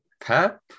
Pep